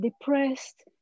depressed